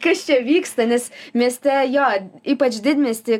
kas čia vyksta nes mieste jo ypač didmiesty